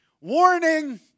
warning